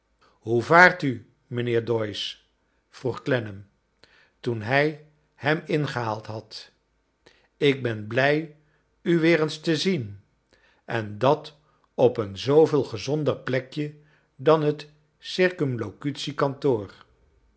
hoe vaart u mijnheer doyce vroeg clennam toen hij hem ingehaald had ik ben big u weer eens te zien en dat op een zooveel gezonder plekje dan het